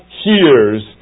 hears